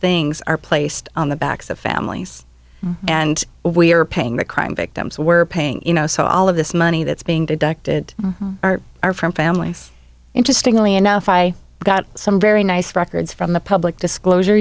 things are placed on the backs of families and we are paying the crime victims were paying you know so all of this money that's being deducted from families interestingly enough i got some very nice records from the public disclosure